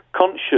conscious